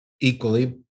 equally